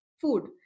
food